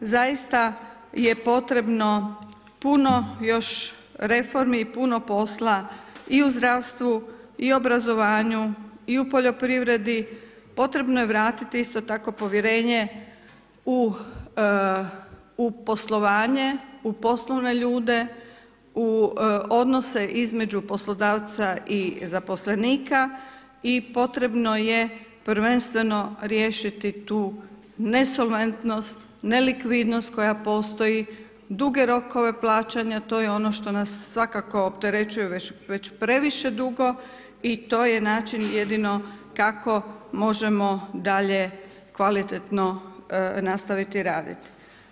Zaista je potrebno puno još reformi, puno posla i u zdravstvu i u obrazovanju i u poljoprivredi, potrebno je vratiti isto tako povjerenje u poslovanje, u poslovne ljude, u odnose između poslodavca i zaposlenika i potrebno je prvenstveno riješiti tu nesolventnost, nelikvidnost koja postoji, duge rokove plaćanja, to je ono što nas svakako opterećuje već previše dugo i to je način jedino kak možemo dalje kvalitetno nastaviti raditi.